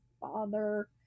father